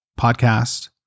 podcast